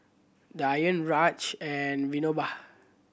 Dhyan Raja and Vinoba